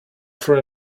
for